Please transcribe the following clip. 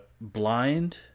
Blind